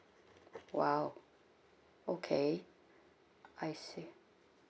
!wow! okay I see